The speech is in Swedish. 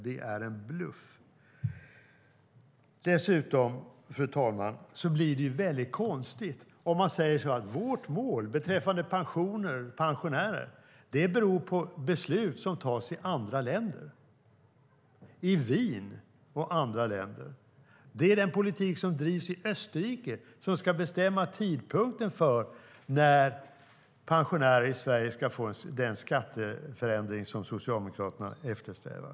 Det är en bluff. Dessutom, fru talman, blir det väldigt konstigt om man säger: Vårt mål beträffande pensioner och pensionärer beror på beslut som tas i andra länder, i Österrike och andra länder. Det är den politik som förs i Österrike som ska bestämma tidpunkten för när pensionärer i Sverige ska få den skatteförändring som Socialdemokraterna eftersträvar.